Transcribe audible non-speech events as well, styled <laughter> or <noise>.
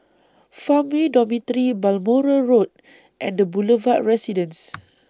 Farmway Dormitory Balmoral Road and The Boulevard Residence <noise>